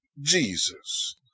Jesus